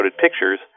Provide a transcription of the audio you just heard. pictures